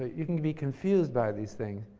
you can be confused by these things.